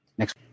next